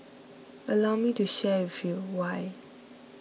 allow me to share with you why